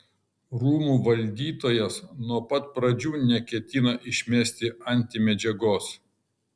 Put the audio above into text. rūmų valdytojas nuo pat pradžių neketino išmesti antimedžiagos